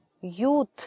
youth